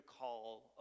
call